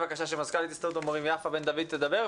מזכ"לית הסתדרות המורים יפה בן דוד, בבקשה.